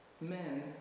Men